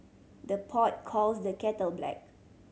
the pot calls the kettle black